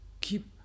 keep